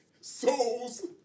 soul's